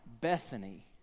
Bethany